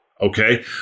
okay